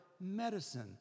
medicine